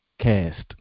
cast